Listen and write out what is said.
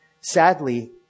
Sadly